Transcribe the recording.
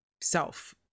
self